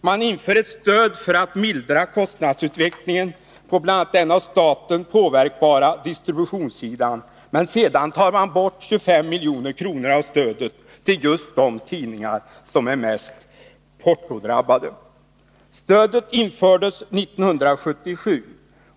Man inför ett stöd för att mildra kostnadsutvecklingen på bl.a. den av staten påverkbara distributionssidan, men sedan tar man bort 25 milj.kr. av stödet till just de tidningar som är mest portodrabbade. Stödet infördes 1977.